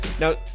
Now